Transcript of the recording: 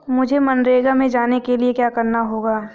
मुझे मनरेगा में जाने के लिए क्या करना होगा?